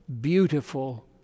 beautiful